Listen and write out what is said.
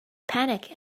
panic